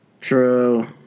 true